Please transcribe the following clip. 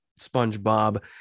SpongeBob